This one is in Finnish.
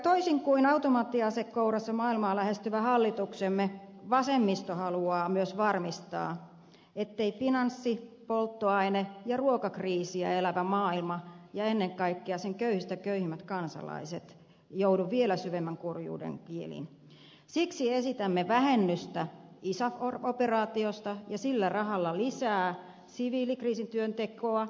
toisin kuin automaattiase kourassa maailmaa lähestyvä hallituksemme vasemmisto haluaa myös varmistaa ettei finanssi polttoaine ja ruokakriisiä elävä maailma ja ennen kaikkea sen köyhistä köyhimmät kansalaiset joudu vielä syvemmän kurjuuden kieliin siksi esitämme vähennystä isaf operaatiosta ja sillä rahalla lisää siviilikriisintyöntekoa